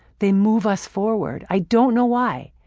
they move us forward. i don't know why.